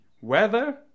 Weather